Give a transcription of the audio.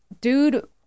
dude